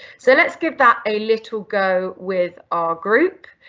so let's give that a little go with our group.